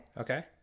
Okay